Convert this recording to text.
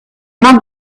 not